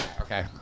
Okay